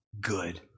Good